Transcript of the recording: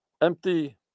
Empty